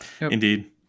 Indeed